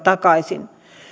takaisin